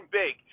big